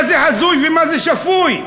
מה זה הזוי ומה זה שפוי?